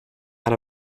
out